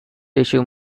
tissue